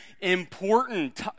important